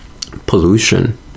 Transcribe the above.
Pollution